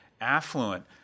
affluent